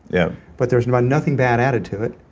yeah but there's nothing bad added to it.